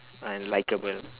unlikeable